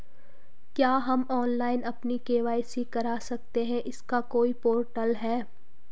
क्या हम ऑनलाइन अपनी के.वाई.सी करा सकते हैं इसका कोई पोर्टल है?